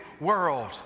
world